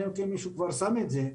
אלא אם כן מישהו כבר שם את זה.